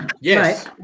Yes